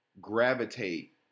gravitate